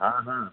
हा हां